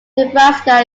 nebraska